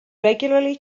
regularly